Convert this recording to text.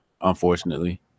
unfortunately